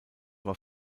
war